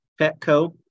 Petco